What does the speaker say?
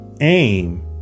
Aim